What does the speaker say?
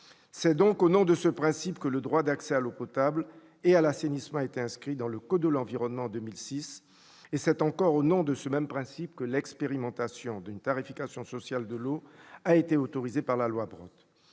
C'est au nom de ce principe que le droit d'accès à l'eau potable et à l'assainissement a été inscrit dans le code de l'environnement, en 2006. C'est au nom du même principe que l'expérimentation d'une tarification sociale de l'eau a été autorisée par la loi Brottes.